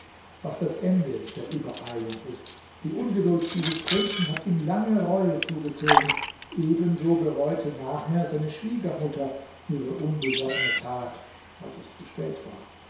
was das ende der übereilung ist die ungeduld dieses prinzen hat ihm lange reue zugezogen ebenso bereute nachher seine schwiegermutter ihre unbesonnene tat als es zu spät war